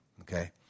Okay